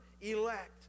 elect